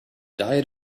diet